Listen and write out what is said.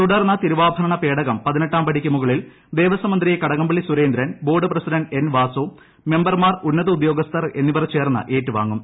തുടർന്ന് തിരുവാഭരണ പേടകം പതിനെട്ടാംപടിക്ക് മുകളിൽ ദേവസ്വം മന്ത്രി Kadakampally Surendran board president N Vasu മെമ്പർമാർ ഉന്നത ഉദ്യോഗസ്ഥർ എന്നിവർ ചേർന്ന് ഏറ്റുവാങ്ങും